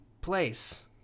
place